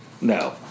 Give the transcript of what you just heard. No